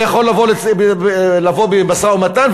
זה יכול לבוא במשא-ומתן,